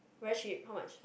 very cheap how much